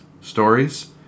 stories